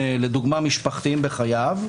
לדוגמה משפחתיים בחייו,